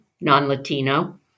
non-Latino